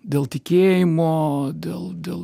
dėl tikėjimo dėl dėl